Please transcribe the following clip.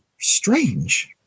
strange